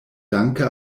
danke